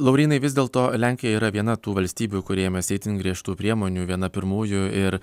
laurynai vis dėlto lenkija yra viena tų valstybių kuri ėmėsi itin griežtų priemonių viena pirmųjų ir